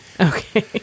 Okay